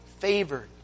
favored